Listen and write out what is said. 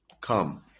come